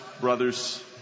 brothers